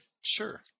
sure